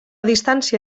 distància